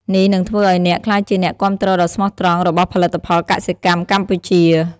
នេះនឹងធ្វើឱ្យអ្នកក្លាយជាអ្នកគាំទ្រដ៏ស្មោះត្រង់របស់ផលិតផលកសិកម្មកម្ពុជា។